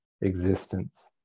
existence